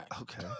Okay